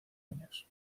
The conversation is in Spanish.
años